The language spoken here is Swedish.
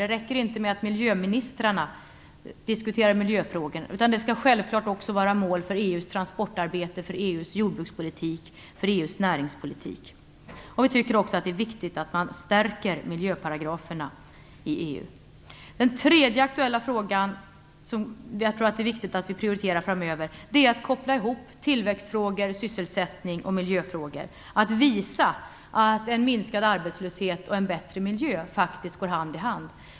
Det räcker inte med att miljöministrarna diskuterar miljöfrågor, utan det skall självklart också vara mål för EU:s näringspolitik. Vi tycker också att det är viktigt att man stärker miljöparagraferna i EU. Den tredje fråga som jag tror att det är viktigt att vi prioriterar framöver gäller att koppla ihop tillväxtfrågor, sysselsättning och miljöfrågor, att visa att en minskad arbetslöshet och en bättre miljö faktiskt går hand i hand.